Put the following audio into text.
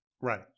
Right